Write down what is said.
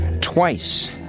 twice